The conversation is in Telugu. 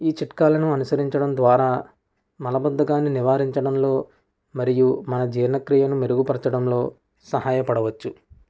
ఈ చిట్కాలను అనుసరించడం ద్వారా మలబద్దకాన్ని నివారించడంలో మరియు మన జీర్ణక్రియను మెరుగుపరచడంలో సహాయపడవచ్చు